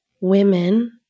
women